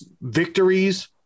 victories